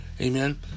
Amen